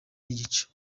n’igice